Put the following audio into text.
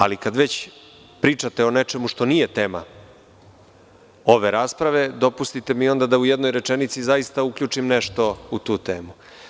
Ali, kada već pričate nešto što nije tema ove rasprave, dopustite mi da u jednoj rečenici zaista uključim nešto u tu temu.